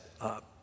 up